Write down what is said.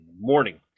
morning